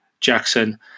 jackson